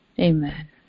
Amen